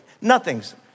Nothing's